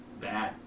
bad